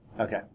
Okay